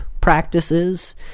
practices